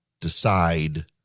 decide